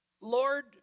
Lord